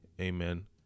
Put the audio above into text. amen